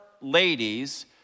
ladies